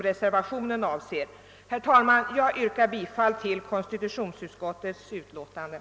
Herr talman! Jag yrkar bifall till konstitutionsutskottets hemställan.